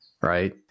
right